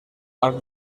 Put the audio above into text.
arc